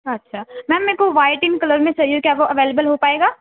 اچھا میم میکو waiting colour میں چاہیے کیا وہ اویلیبل ہو پائے گا